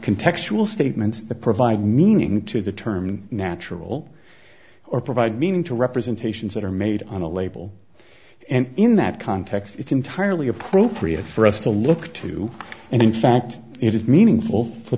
can textual statements that provide meaning to the term natural or provide meaning to representations that are made on a label and in that context it's entirely appropriate for us to look to and in fact it is meaningful for